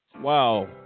Wow